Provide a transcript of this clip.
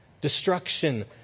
Destruction